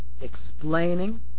explaining